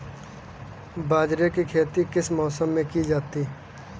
बाजरे की खेती किस मौसम में की जाती है?